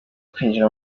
kwinjira